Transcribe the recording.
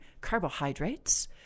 carbohydrates